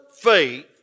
faith